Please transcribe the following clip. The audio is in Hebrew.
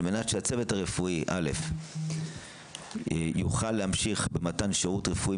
על מנת שהצוות הרפואי יוכל להמשיך במתן שירות רפואי